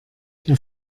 der